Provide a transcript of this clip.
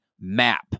map